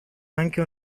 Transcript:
anche